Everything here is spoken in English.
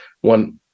one